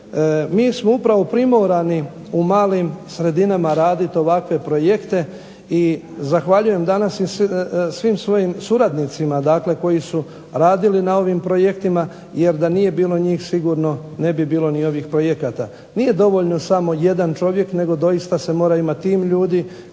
mi smo upravo primorani u malim sredinama raditi ovakve projekte, i zahvaljujem danas i svim svojim suradnicima, dakle koji su radili na ovim projektima, jer da nije bilo njih sigurno ne bi bilo ni ovih projekata. Nije dovoljno samo jedan čovjek nego doista se mora imati tim ljudi